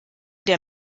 der